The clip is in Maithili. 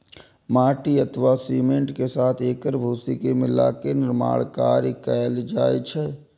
माटि अथवा सीमेंट के साथ एकर भूसी के मिलाके निर्माण कार्य कैल जाइ छै